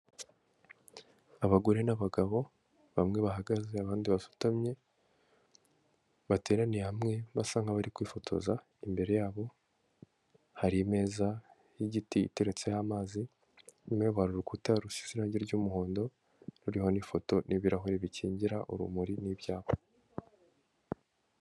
Abagore n'abagabo, bamwe bahagaze abandi basutamye. Bateraniye hamwe basa nk'abari kwifotoza, imbere yabo hari imeza y'igiti iteretseho amazi. Inyuma yabo hari urukuta rusize irangi ry'umuhondo ruriho n'ifoto, n'ibirahure bikingira urumuri n'ibyawe.